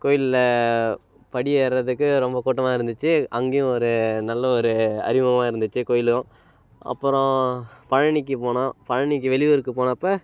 கோயிலில் படி ஏறுறதுக்கு ரொம்ப கூட்டமாக இருந்துச்சு அங்கேயும் ஒரு நல்ல ஒரு அறிமுகமாக இருந்துச்சு கோயிலும் அப்புறம் பழனிக்கு போனோம் பழனிக்கு வெளியூருக்கு போனப்போ